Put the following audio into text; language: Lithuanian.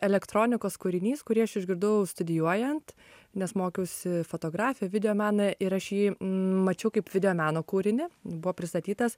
elektronikos kūrinys kurį aš išgirdau studijuojant nes mokiausi fotografiją videomeną ir aš jį mačiau kaip videomeno kūrinį buvo pristatytas